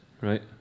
Right